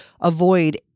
avoid